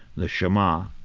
the shamah.